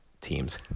teams